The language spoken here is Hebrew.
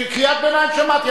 קריאת ביניים שמעתי,